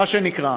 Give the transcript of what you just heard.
מה שנקרא.